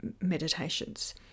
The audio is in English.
meditations